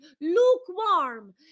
lukewarm